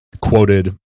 quoted